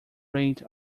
rate